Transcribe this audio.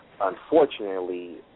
unfortunately